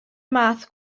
math